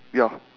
yup